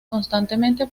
constantemente